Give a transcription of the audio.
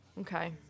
Okay